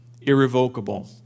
irrevocable